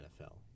NFL